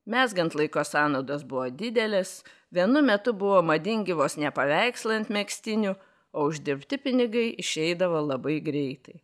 mezgant laiko sąnaudos buvo didelės vienu metu buvo madingi vos ne paveikslai ant megztinių o uždirbti pinigai išeidavo labai greitai